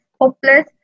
hopeless